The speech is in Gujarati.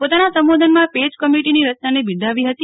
પોતાના સંબોધનમાં પેજ કમીટીનો રચનાને બિરદાવી હતી